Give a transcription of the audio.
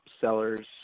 sellers